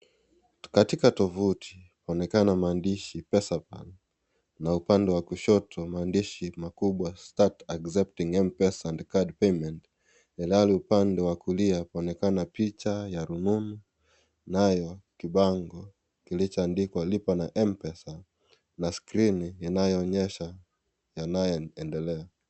Katika tovuti kunaonekana maandishi PesaPal na upande wa kushoto maandishi makubwa Start Accepting M-Pesa and card Payments , ilhali upande wa kulia kunaonekana picha ya rununu kunayo kibango kilichoandikwa Lipa na M-Pesa na skrini inayoonyesha yanayoendelea.